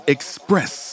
Express